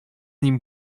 nim